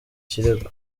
kirego